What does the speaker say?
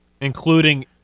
including